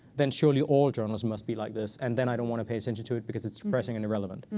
then surely all journalism must be like this. and then i don't want to pay attention to it because it's depressing and irrelevant.